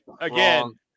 again